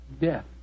death